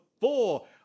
four